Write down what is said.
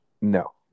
No